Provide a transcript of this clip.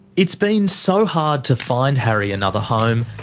it's been so hard to find harry another home,